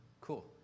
cool